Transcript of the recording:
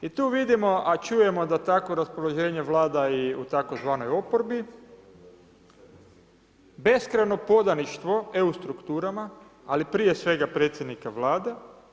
I tu vidimo a čujemo da takvo raspoloženje vlada i u tzv. oporbi, beskrajno podaništvo EU strukturama, ali prije svega predsjednika Vlade.